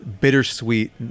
bittersweet